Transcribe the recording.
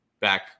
back